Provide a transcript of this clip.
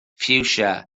ffiwsia